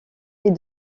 est